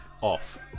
Off